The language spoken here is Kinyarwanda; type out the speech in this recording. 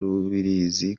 rubirizi